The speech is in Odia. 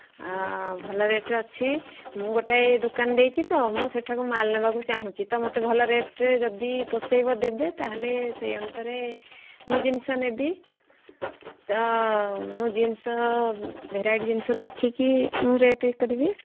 ଭଲ ରେଟ୍ର ଅଛି ମୁଁ ଗୋଟେ ଦୋକାନ ଦେଇଛି ତ ମୁଁ ସେଠାକୁ ମାଲ୍ ନେବାକୁ ଚାହୁଁଛି ତ ମୋତେ ଭଲ ରେଟ୍ରେ ଯଦି ପୋଷେଇବ ଦେବେ ତା'ହେଲେ ସେହି ଅନୁସାରେ ମୁଁ ଜିନିଷ ନେବି ତ ମୁଁ ଜିନିଷ ଭେରାଇଟି ଜିନିଷ ଦେଖିକି ମୁଁ ରେଟ୍ କରିବି